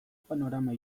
panorama